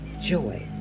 joy